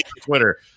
Twitter